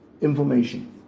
information